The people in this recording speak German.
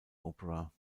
opera